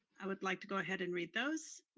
i would like to go ahead and read those.